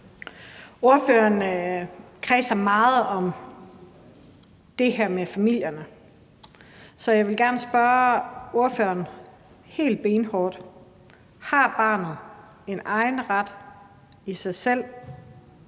Ordføreren kredser meget om det her med familierne. Så jeg vil gerne spørge ordføreren helt benhårdt: Mener ordføreren, at barnet har en egen ret i sig selv,